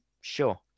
Sure